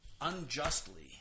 unjustly